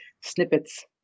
snippets